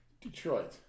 Detroit